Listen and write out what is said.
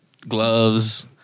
gloves